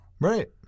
Right